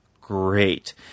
great